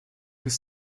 his